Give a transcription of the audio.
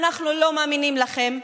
אנחנו לא מאמינים לכם,